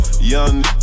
Young